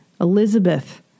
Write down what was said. Elizabeth